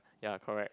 ya correct